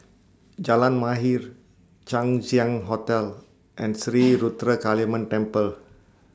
Jalan Mahir Chang Ziang Hotel and Sri Ruthra Kaliamman Temple